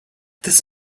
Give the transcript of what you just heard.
this